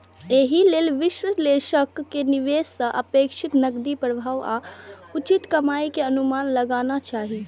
एहि लेल विश्लेषक कें निवेश सं अपेक्षित नकदी प्रवाह आ उचित कमाइ के अनुमान लगाना चाही